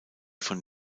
vom